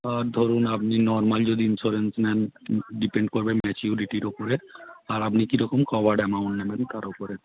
আর ধরুন আপনি নর্মাল যদি ইন্সুরেন্স নেন ডিপেন্ড করবে ম্যাচুরিটির ওপরে আর আপনি কী রকম কভার অ্যামাউন্ট নেবেন তার ওপরে